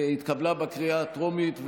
התקבלה בקריאה הטרומית,